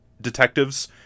detectives